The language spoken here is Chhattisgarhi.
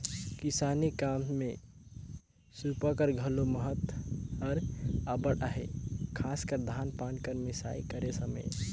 किसानी काम मे सूपा कर घलो महत हर अब्बड़ अहे, खासकर धान पान कर मिसई कर समे